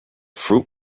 fruit